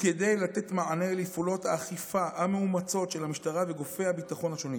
וכדי לתת מענה לפעולות האכיפה המאומצות של המשטרה וגופי הביטחון השונים.